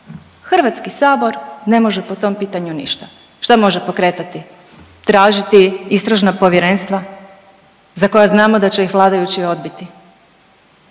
ništa. HS ne može po tom pitanju ništa. Šta može pokretati? Tražiti istražna povjerenstva za koja znamo da će ih vladajući odbiti?